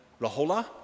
Rahola